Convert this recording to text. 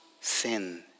sin